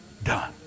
done